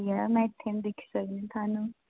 में इत्थें निं दिक्खी सकदी थुआनू